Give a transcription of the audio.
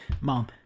mom